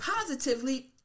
positively